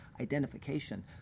identification